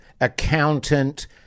accountant